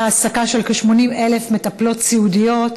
העסקה של כ-80,000 מטפלות סיעודיות.